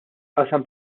qasam